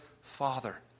father